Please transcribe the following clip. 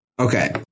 Okay